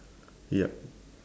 ya